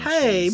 Hey